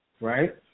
right